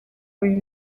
uyu